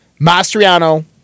Mastriano